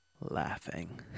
laughing